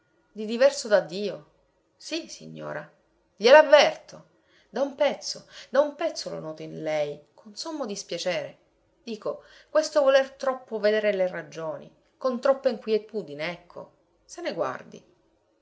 di diverso da dio sì signora gliel'avverto da un pezzo da un pezzo lo noto in lei con sommo dispiacere dico questo voler troppo vedere le ragioni con troppa inquietudine ecco se ne guardi